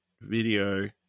Video